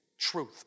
truth